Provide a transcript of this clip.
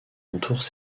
entourent